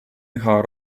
üha